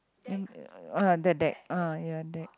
ah that that ah ya that